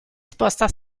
sposta